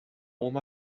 oma